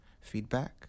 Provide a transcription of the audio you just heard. feedback